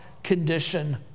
Condition